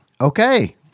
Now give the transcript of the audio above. Okay